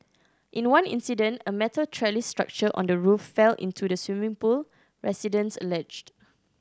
in one incident a metal trellis structure on the roof fell into the swimming pool residents alleged